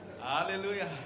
Hallelujah